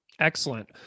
Excellent